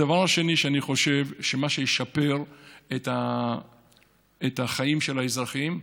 הדבר השני שאני חושב שישפר את החיים של האזרחים,